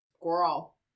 Girl